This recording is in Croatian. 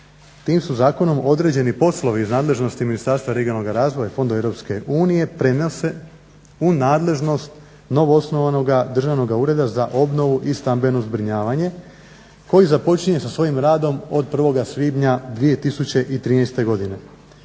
Tim su zakonom određeni poslovi iz nadležnosti Ministarstva regionalnoga razvoja i fondova EU prenose u nadležnost novo osnovanoga Državnoga ureda za obnovu i stambeno zbrinjavanje koji započinje sa svojim radom od 1. svibnja 2013. godine.